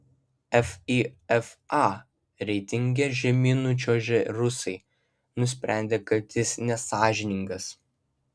fifa reitinge žemyn nučiuožę rusai nusprendė kad jis nesąžiningas